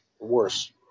worse